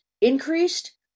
increased